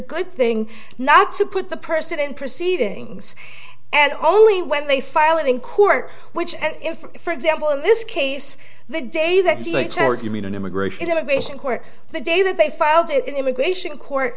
good thing not to put the person in proceedings and only when they file it in court which and if for example in this case the day that they charge you mean an immigration immigration court the day that they filed an immigration court